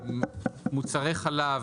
מוצרי חלב,